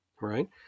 right